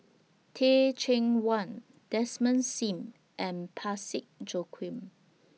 Teh Cheang Wan Desmond SIM and Parsick Joaquim